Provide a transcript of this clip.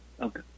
Okay